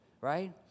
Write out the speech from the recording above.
right